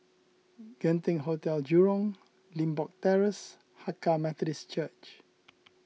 Genting Hotel Jurong Limbok Terrace Hakka Methodist Church